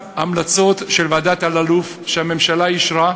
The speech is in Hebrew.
המלצות של ועדת אלאלוף שהממשלה אישרה.